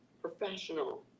professional